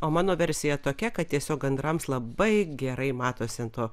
o mano versija tokia kad tiesiog gandrams labai gerai matosi ant to